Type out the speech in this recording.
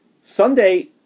Sunday